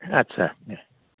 आच्चा